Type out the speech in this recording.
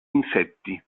insetti